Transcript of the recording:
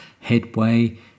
Headway